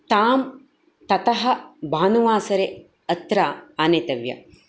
तां ततः भानुवासरे अत्र अनेतव्या